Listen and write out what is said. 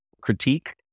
critique